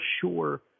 sure